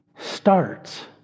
Starts